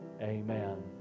amen